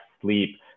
sleep